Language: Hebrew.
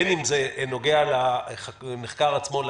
בין אם זה נוגע לנחקר עצמו,